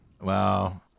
Wow